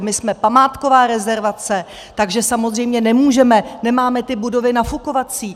My jsme památková rezervace, takže samozřejmě nemůžeme, nemáme ty budovy nafukovací.